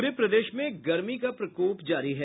पूरे प्रदेश में गर्मी का प्रकोप जारी है